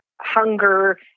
hunger